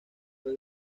fue